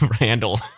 Randall